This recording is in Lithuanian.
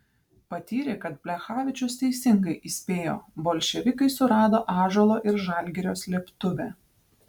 patyrė kad plechavičius teisingai įspėjo bolševikai surado ąžuolo ir žalgirio slėptuvę